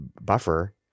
buffer